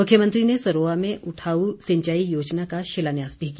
मुख्यमंत्री ने सरोआ में उठाऊ सिंचाई योजना का शिलान्यास भी किया